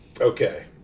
okay